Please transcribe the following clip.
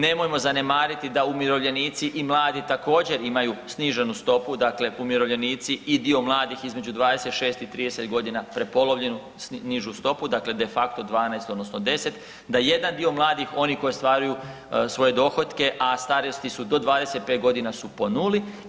Nemojmo zanemariti da umirovljenici i mladi također imaju sniženu stopu, dakle umirovljenici i dio mladih između 26. i 30.g. prepolovljenu nižu stopu, dakle de facto 12 odnosno 10, da jedan dio mladih oni koji ostvaruju svoje dohotke, a starosti su do 25.g. su po nuli.